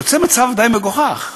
יוצא מצב די מגוחך: